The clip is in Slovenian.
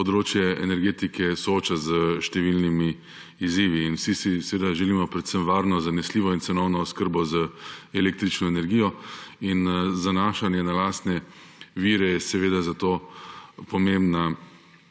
področje energetike sooča s številnimi izzivi. Vsi si želimo predvsem varno, zanesljivo in cenovno ugodno oskrbo z električno energijo in zanašanje na lastne vire je zato pomembna